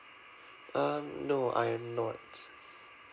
um no I'm not